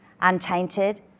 untainted